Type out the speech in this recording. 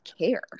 care